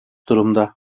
durumda